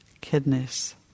kidneys